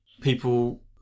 people